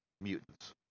mutants